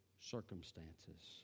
circumstances